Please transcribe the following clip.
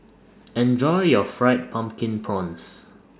Enjoy your Fried Pumpkin Prawns